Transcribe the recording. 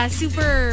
super